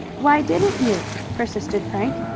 why didn't you? persisted frank.